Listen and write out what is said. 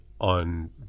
on